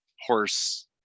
Horse